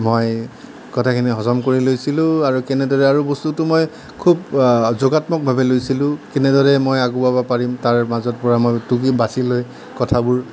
মই কথাখিনি হজম কৰি লৈছিলোঁ আৰু কেনেদৰে আৰু বস্তুটো মই খুব যুগাত্মকভাৱে লৈছিলোঁ কেনেদৰে মই আগুৱাব পাৰিম তাৰ মাজৰ পৰা মই টুকি বাচি লৈ কথাবোৰ